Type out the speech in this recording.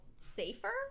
safer